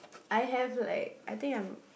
I have like I think I'm